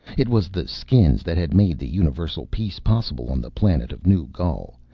it was the skins that had made the universal peace possible on the planet of new gaul.